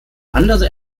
andere